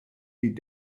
die